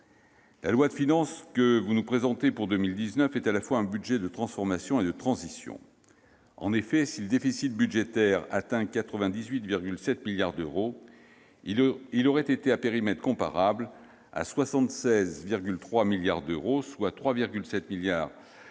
de loi de finances pour 2019 est à la fois un budget de transformation et de transition. En effet, si le déficit budgétaire atteint 98,7 milliards d'euros, il aurait été à périmètre comparable à 76,3 milliards, soit inférieur de 3,7 milliards d'euros